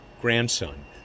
grandson